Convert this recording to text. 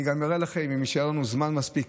אני גם אראה לכם, אם יישאר לנו זמן מספיק,